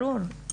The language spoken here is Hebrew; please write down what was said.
ברור.